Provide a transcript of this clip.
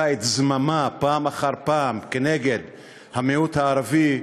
את זממה פעם אחר פעם כנגד המיעוט הערבי,